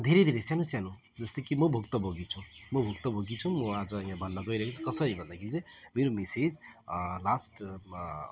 धेरै धेरै सानो सानो जस्तो कि म भुक्तभोगी छु म भुक्तभोगी छु म आज यहाँ भन्न गइरहेको छु कसरी भन्दाखेरि चाहिँ मेरो मिसेस लास्ट